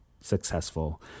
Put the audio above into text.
successful